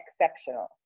exceptional